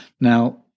Now